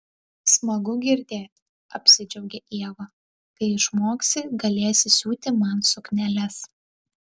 smagu girdėt apsidžiaugė ieva kai išmoksi galėsi siūti man sukneles